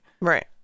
right